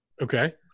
Okay